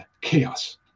chaos